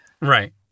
Right